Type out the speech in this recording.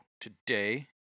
today